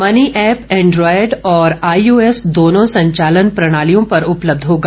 money app Android और iOS दोनों संचालन प्रणालियों पर उपलब्ध होगा